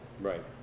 Right